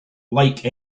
like